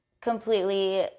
completely